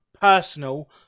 personal